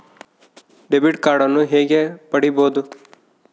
Debit ಕಾರ್ಡನ್ನು ಹೇಗೆ ಪಡಿಬೋದು?